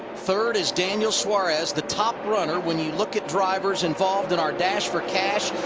third is daniel suarez, the top runner when you look at drivers involved in our dash for cash.